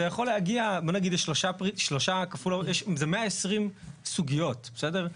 זה יכול להגיע בוא נגיד, זה 120 סוגיות, בסדר?